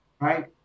right